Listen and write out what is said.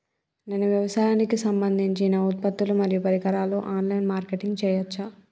నేను వ్యవసాయానికి సంబంధించిన ఉత్పత్తులు మరియు పరికరాలు ఆన్ లైన్ మార్కెటింగ్ చేయచ్చా?